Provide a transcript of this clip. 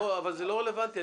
אבל זה לא רלוונטי,